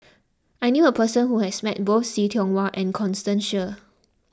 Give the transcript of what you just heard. I knew a person who has met both See Tiong Wah and Constance Sheares